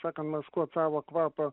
sakant maskuot savo kvapą